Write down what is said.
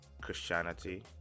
Christianity